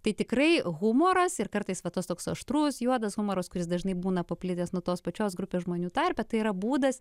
tai tikrai humoras ir kartais va tas toks aštrus juodas humoras kuris dažnai būna paplitęs nu tos pačios grupės žmonių tarpe tai yra būdas